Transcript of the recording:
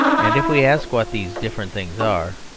and if we ask what these different things are,